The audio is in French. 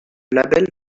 label